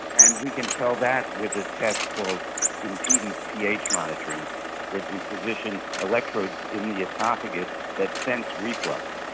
and we can tell that with a test called impedance ph monitoring where we position electrodes in the oesophagus that sense reflux,